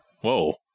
Whoa